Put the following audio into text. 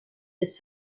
des